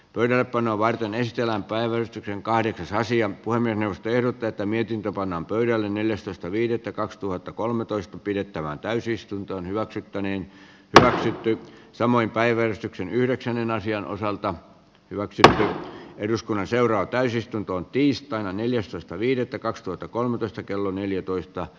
toimeenpanoa varten eristeellä päällystetyn kahdentasoisia voimme tehdä tätä mietintö pannaan pöydälle neljästoista viidettä kaksituhattakolmetoista pidettävään täysistunto hyväksyttäneen töhritty samoin päivystyksen yhdeksännen asian osalta hyväksy eduskunnan seuraa täysistuntoon tiistaina neljästoista viidettä kaksituhattakolmetoista kello neljätoista